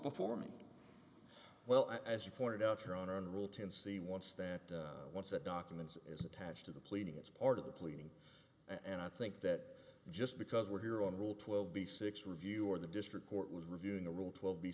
before me well as you pointed out here on our own rule ten see once that once that documents is attached to the pleading it's part of the pleading and i think that just because we're here on rule twelve b six review or the district court was reviewing the rule twelve b